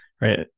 right